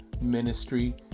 ministry